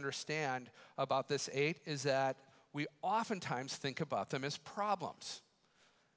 under stand about this aid is that we oftentimes think about them as problems